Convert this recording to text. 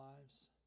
lives